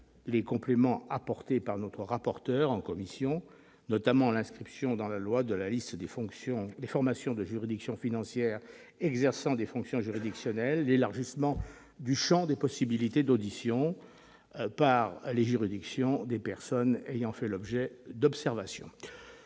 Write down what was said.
les compléments apportés par notre rapporteur en commission, notamment l'inscription dans la loi de la liste des formations des juridictions financières exerçant des fonctions juridictionnelles et l'élargissement du champ des possibilités d'audition par des personnes ayant fait l'objet d'observations.